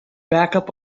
backup